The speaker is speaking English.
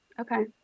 Okay